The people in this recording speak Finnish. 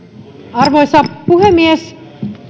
arvoisa puhemies